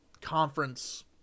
conference